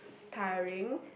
tiring